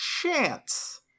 chance